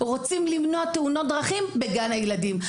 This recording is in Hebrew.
רוצים למנוע תאונות דרכים בגן הילדים.